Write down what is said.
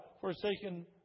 forsaken